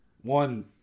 One